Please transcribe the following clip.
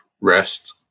rest